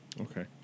Okay